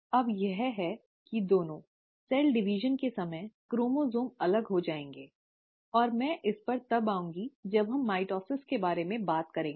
अब यह है कि दोनों सेल डिवीजन के समय क्रोमसोम अलग हो जाएंगे और मैं इस पर तब आऊंगी जब हम माइटोसिस के बारे में बात करेंगे